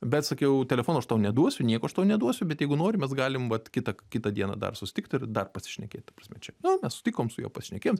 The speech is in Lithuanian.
bet sakiau telefono aš tau neduosiu nieko aš tau neduosiu bet jeigu nori mes galim vat kitą kitą dieną dar susitikt ir dar pasišnekėt ta prasme čia nu mes susitikom su juo pasišnekėjom